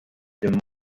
des